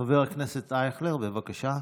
חבר הכנסת אייכלר, בבקשה.